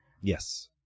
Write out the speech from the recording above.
Yes